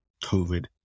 COVID